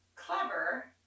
clever